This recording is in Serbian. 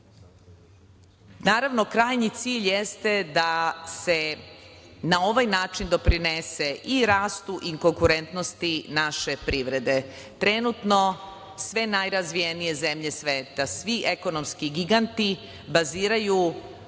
razvoja. Naravno, krajnji cilj jeste da se na ovaj način doprinese i rastu i konkurentnosti naše privrede. Trenutno, sve najrazvijenije zemlje sveta, svi ekonomski giganti baziraju